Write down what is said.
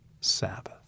Sabbath